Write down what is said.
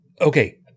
Okay